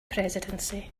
presidency